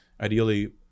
Ideally